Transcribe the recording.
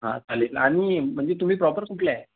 हां चालेल आणि म्हणजे तुम्ही प्रॉपर कुठले आहे